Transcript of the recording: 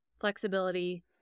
flexibility